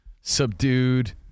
subdued